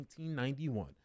1991